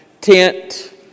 tent